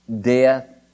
death